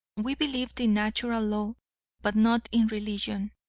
we believed in natural law but not in religion.